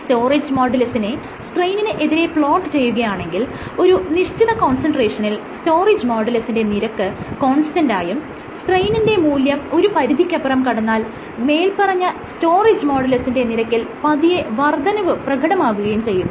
storage മോഡുലസിനെ സ്ട്രെയ്നിന് എതിരെ പ്ലോട്ട് ചെയ്യുകയാണെങ്കിൽ ഒരു നിശ്ചിത കോൺസെൻട്രേഷനിൽ സ്റ്റോറേജ് മോഡുലസിന്റെ നിരക്ക് കോൺസ്റ്റന്റായും സ്ട്രെയ്നിന്റെ മൂല്യം ഒരു പരിധിക്കപ്പുറം കടന്നാൽ മേല്പറഞ്ഞ സ്റ്റോറേജ് മോഡുലസിന്റെ നിരക്കിൽ പതിയെ വർദ്ധനവ് പ്രകടമാകുകയും ചെയ്യുന്നു